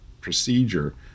procedure